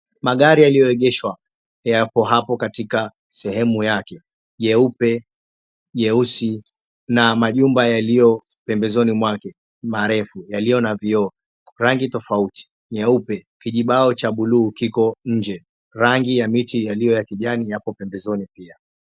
Magari yaliyoegeshwa yapo hapo katika sehemu yake jeupe, jeusi na majumba yaliyo pembezoni mwake marefu yaliyo na vioo, rangi tofauti nyeupe kijibao cha buluu kiko nje, rangi ya miti yaliyo ya kijani yako pembezoni.